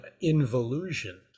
involution